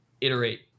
iterate